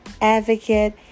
advocate